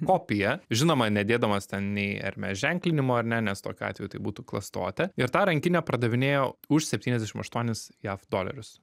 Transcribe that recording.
kopija žinoma nedėdamas ten nei ermes ženklinimo ar ne nes tokiu atveju tai būtų klastotė ir tą rankinę pardavinėjo už septyniasdešimt aštuonis jav dolerius